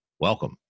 Welcome